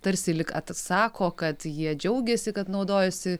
tarsi lyg atsako kad jie džiaugiasi kad naudojasi